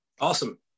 Awesome